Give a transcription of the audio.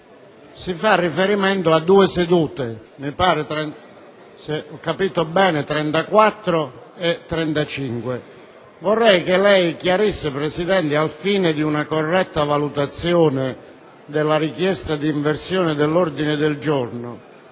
si fa riferimento a due sedute, la n. 34 e la n. 35. Vorrei che lei chiarisse, al fine di una corretta valutazione della richiesta di inversione dell'ordine del giorno,